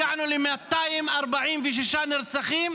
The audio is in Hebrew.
הגענו ל-246 נרצחים,